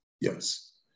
yes